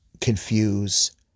confuse